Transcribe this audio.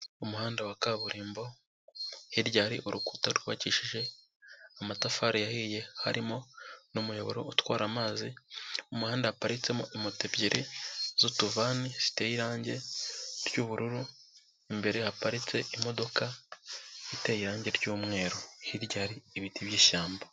Umuhanda wa kaburimbo, hirya hari urukuta rwubakishije amatafari yahiye, harimo n'umuyoboro utwara amazi, umuhanda haparitsemo imoto ebyiri z'utuvani ziteye irangi ry'ubururu, imbere haparitse imodoka iteye irangi ry'umweru ,hirya hari ibiti by'ishyamba.